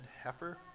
heifer